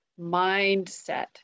mindset